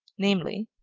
namely,